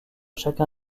chacun